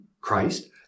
Christ